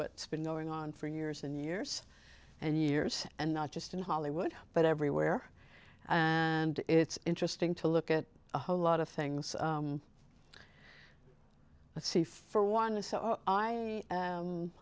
what's been going on for years and years and years and not just in hollywood but everywhere and it's interesting to look at a whole lot of things but see for one so i